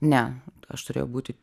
ne aš turėjau būti